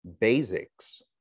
Basics